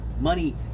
Money